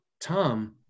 Tom